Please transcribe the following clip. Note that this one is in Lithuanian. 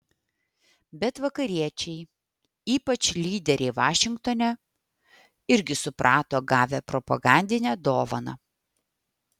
bet vakariečiai ypač lyderiai vašingtone irgi suprato gavę propagandinę dovaną